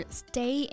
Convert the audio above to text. stay